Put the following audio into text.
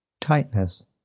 tightness